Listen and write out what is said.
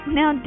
Now